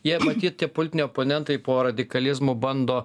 jie matyt tie politiniai oponentai po radikalizmu bando